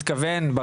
מתכוון,